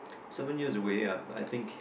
seven years away um I think